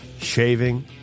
shaving